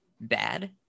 bad